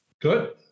good